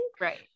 Right